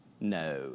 No